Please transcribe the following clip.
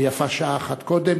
ויפה שעה אחת קודם,